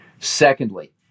Secondly